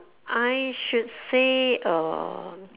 I should say um